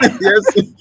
yes